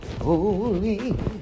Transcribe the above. holy